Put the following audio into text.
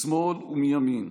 משמאל ומימין,